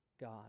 God